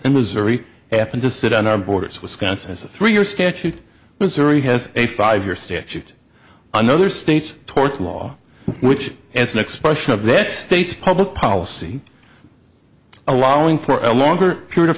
and missouri happen to sit on our borders wisconsin is a three year statute missouri has a five year statute another states tort law which as an expression of that state's public policy allowing for a longer period of